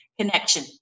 connection